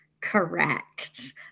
Correct